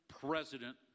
president